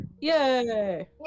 Yay